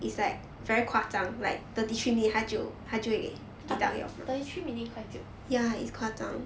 ah but thirty three minutes quite 久